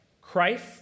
Christ